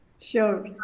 Sure